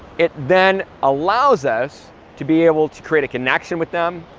it then allows us to be able to create a connection with them,